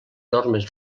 normes